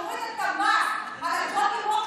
כשהוא הוריד את המס על הג'וני ווקר,